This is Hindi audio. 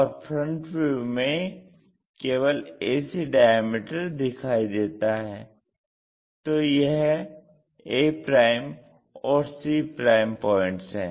और फ्रंट व्यू में केवल ac डायमीटर दिखाई देता है तो यह a और c पॉइंट्स हैं